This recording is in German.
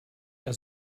der